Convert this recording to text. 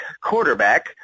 quarterback